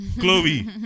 Chloe